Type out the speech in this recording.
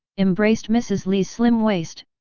embraced mrs. li's slim waist,